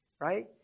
right